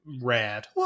rad